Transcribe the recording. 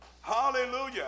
Hallelujah